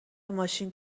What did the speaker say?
ماشین